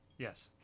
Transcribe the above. Yes